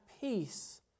peace